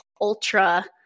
ultra